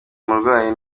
umurwayi